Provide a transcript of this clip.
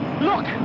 Look